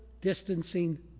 distancing